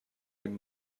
این